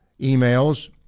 emails